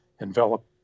envelop